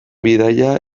bidaia